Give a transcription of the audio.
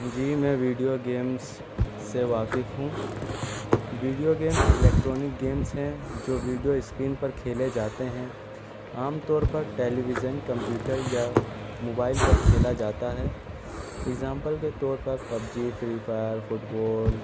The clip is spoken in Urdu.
جی میں ویڈیو گیمس سے واقف ہوں ویڈیو گیم الیکٹرانک گیمس ہیں جو ویڈیو اسکرین پر کھیلے جاتے ہیں عام طور پر ٹیلی ویژن کمپیوٹر یا موبائل پر کھیلا جاتا ہے اگزامپل کے طور پر PUBG free fire fit بال